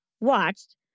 watched